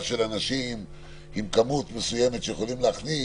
של אנשים עם כמות מסוימת שיכולים להכניס,